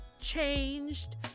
changed